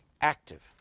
active